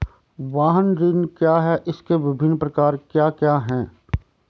वाहन ऋण क्या है इसके विभिन्न प्रकार क्या क्या हैं?